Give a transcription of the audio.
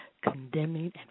condemning